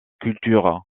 culture